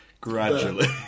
gradually